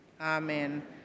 Amen